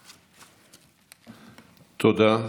תודה.